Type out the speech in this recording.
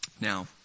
Now